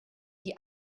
die